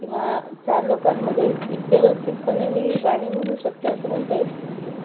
किंवा चार लोकांमध्ये व्यवस्थितपणे मी गाणी म्हणू शकते असं म्हणता येईल